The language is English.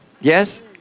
Yes